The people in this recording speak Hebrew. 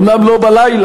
אומנם לא בלילה,